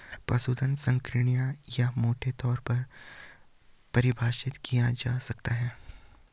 पशुधन संकीर्ण या मोटे तौर पर परिभाषित किया जा सकता है